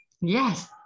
Yes